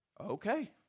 okay